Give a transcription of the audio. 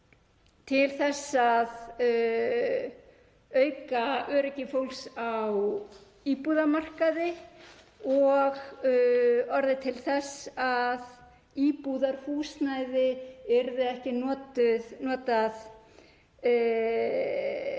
til þess að auka öryggi fólks á íbúðamarkaði og gæti orðið til þess að íbúðarhúsnæði yrði ekki notað